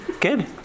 Good